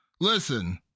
Listen